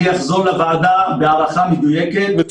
אני אחזור לוועדה עם הערכה מדויקת, אם צריך.